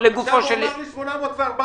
עכשיו הוא אמר לי ב-8014,